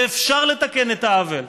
ואפשר לתקן את העוול.